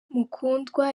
mukundwa